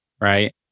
Right